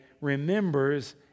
remembers